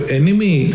enemy